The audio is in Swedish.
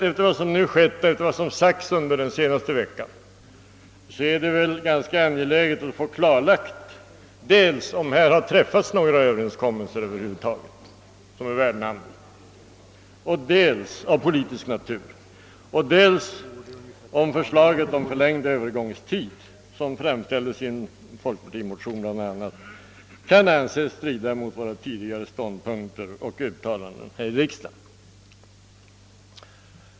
Efter vad som nu har skett och vad som har sagts under den senaste veckan är det ganska angeläget att få klarlagt dels om det över huvud taget har träffats några överenskommelser av politisk natur som är värda namnet, dels om förslaget om förlängd övergångstid, som framställdes i en folkpartimotion bl.a., kan anses ha stridit mot våra tidigare ståndpunkter och uttalanden här i riksdagen.